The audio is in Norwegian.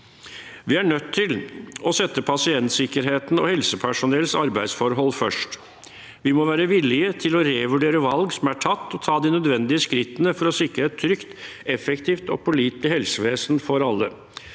Vi er nødt til å sette pasientsikkerheten og helsepersonellets arbeidsforhold først. Vi må være villige til å revurdere valg som er tatt, og ta de nødvendige skrittene for å sikre et trygt, effektivt og pålitelig helsevesen for alle.